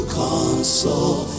console